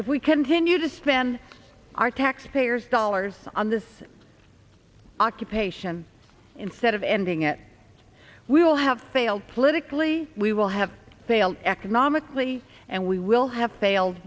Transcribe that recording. if we continue to spend our taxpayers dollars on this occupation instead of ending it we will have failed politically we will have failed economically and we will have failed